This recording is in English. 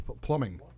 plumbing